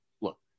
look